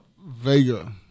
Vega